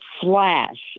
flash